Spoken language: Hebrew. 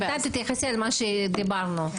בינתיים תתייחסי למה שדיברנו.